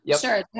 Sure